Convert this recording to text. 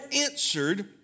answered